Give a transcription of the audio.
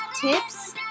tips